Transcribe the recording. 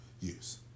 use